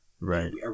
Right